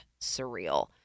surreal